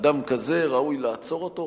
אדם כזה ראוי לעצור אותו,